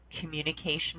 communication